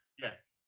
Yes